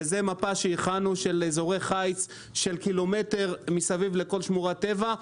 וזו מפה שהכנו של אזורי חיץ של קילומטר מסביב לכל שמורת טבע.